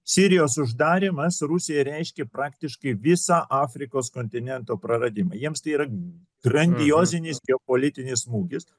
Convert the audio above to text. sirijos uždarymas rusijai reiškia praktiškai visą afrikos kontinento praradimą jiems tai yra grandiozinis geopolitinis smūgis